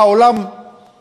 הדירוג של העולם המפותח,